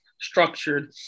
structured